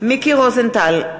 מיקי רוזנטל,